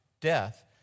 death